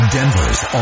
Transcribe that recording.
Denver's